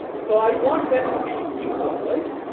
so, i want them to be equal right.